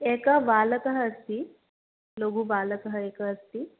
एकः बालकः अस्ति लघुबालकः एकः अस्ति